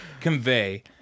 convey